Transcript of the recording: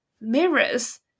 mirrors